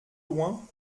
loin